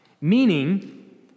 Meaning